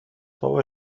بابا